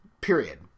period